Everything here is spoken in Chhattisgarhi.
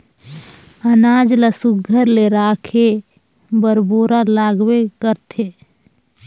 अनाज ल सुग्घर ले राखे बर बोरा लागबे करथे